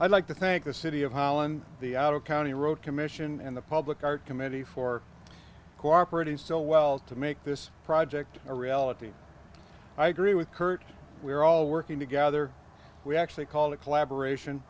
i'd like to thank the city of holland the out of county road commission and the public art committee for cooperated so well to make this project a reality i agree with curt we're all working together we actually call a collaboration